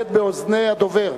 ומהדהד באוזני הדובר.